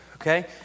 Okay